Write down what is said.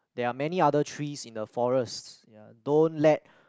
there are many other trees in the forest ya don't let